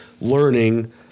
learning